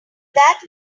that